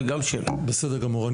בסדר גמור,